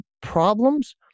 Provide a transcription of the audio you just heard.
problems